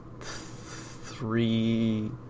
three